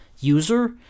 User